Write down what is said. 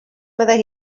meddai